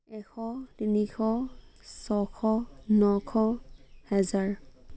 এশ তিনিশ ছশ নশ হেজাৰ